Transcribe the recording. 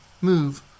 move